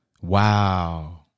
Wow